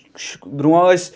برونہہ ٲسۍ